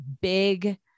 big